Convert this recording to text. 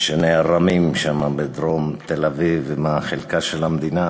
שנערמים שם בדרום תל-אביב ומה חלקה של המדינה